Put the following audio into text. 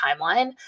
timeline